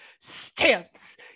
Stamps